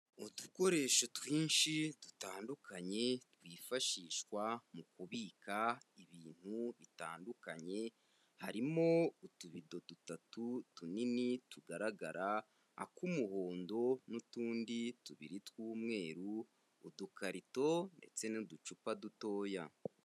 Udukoresho twinshi dutandukanye twifashishwa mu kubika ibintu bitandukanye, harimo utubido dutatu tunini tugaragara, ak'umuhondo n'utundi tubiri tw'umweru, udukarito ndetse n'uducupa dutoya.